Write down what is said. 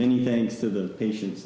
many things to the patien